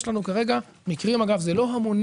יש לנו כרגע מקרים, אגב, זה לא המונים,